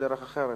בדרך אחרת,